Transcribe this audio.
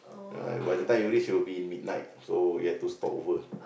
uh by the time you reach it will be midnight so you'll have to stop over